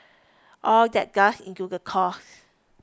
all that does into the cost